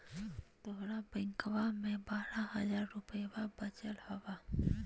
तोहर बैंकवा मे बारह हज़ार रूपयवा वचल हवब